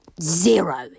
zero